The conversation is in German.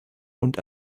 und